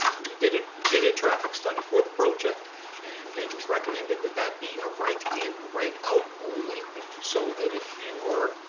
we did ah did a traffic study for the project and it was recommended that that be a right in, right out only so that if you are